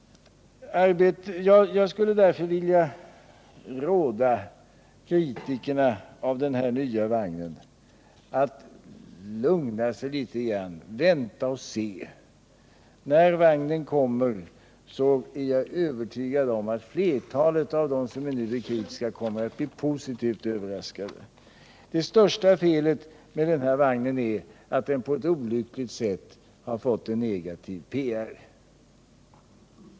Jag skulle därför vilja råda kritikerna av den nya vagnen att lugna sig litet grand, att vänta och se. När vagnen kommer är jag övertygad om att flertalet av dem som nu är kritiska blir positivt överraskade. Det största felet med den här vagnen är att den på ett olyckligt sätt har fått en negativ PR.